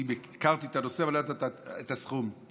הכרתי את הנושא אבל לא ידעתי את הסכום.